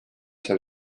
seal